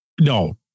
No